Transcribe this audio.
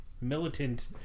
militant